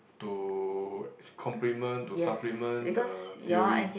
to complement to supplement the theory